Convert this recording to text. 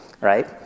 right